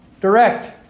direct